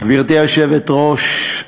גברתי היושבת-ראש,